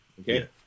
okay